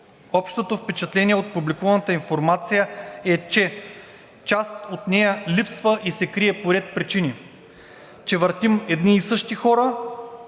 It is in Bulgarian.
Общото впечатление от публикуваната информация е, че част от нея липсва и се крие по ред причини, че въртим едни и същи хора